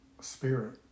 spirit